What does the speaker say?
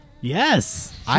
Yes